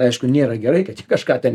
aišku nėra gerai kad ji kažką ten